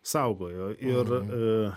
saugojo ir